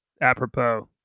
apropos